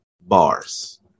Bars